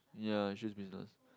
ya shoes business